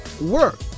work